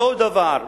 אותו דבר,